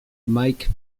mike